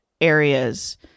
areas